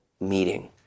meeting